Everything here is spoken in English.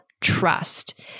trust